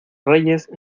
reyes